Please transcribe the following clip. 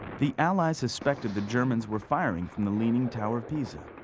the allies suspected the germans were firing from the leaning tower of pisa.